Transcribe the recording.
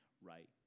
right